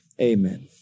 Amen